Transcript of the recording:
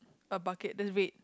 a bucket that's red